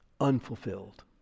unfulfilled